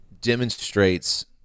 demonstrates